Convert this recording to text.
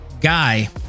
guy